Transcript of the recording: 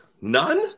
None